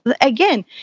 again